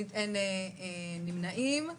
אין נמנעים.